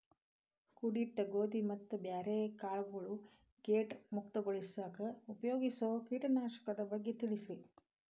ಕೂಡಿಸಿಟ್ಟ ಗೋಧಿ ಮತ್ತ ಬ್ಯಾರೆ ಕಾಳಗೊಳ್ ಕೇಟ ಮುಕ್ತಗೋಳಿಸಾಕ್ ಉಪಯೋಗಿಸೋ ಕೇಟನಾಶಕದ ಬಗ್ಗೆ ತಿಳಸ್ರಿ